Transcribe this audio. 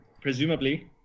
presumably